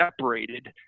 separated